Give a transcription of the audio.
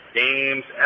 games